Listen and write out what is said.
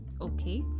okay